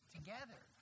Together